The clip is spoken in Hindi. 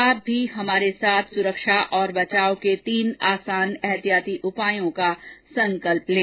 आप भी हमारे साथ सुरक्षा और बचाव के तीन आसान एहतियाती उपायों का संकल्प लें